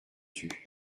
tue